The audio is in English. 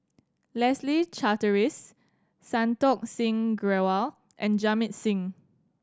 Leslie Charteris Santokh Singh Grewal and Jamit Singh